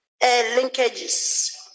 linkages